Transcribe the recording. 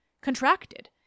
contracted